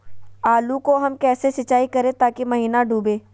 आलू को हम कैसे सिंचाई करे ताकी महिना डूबे?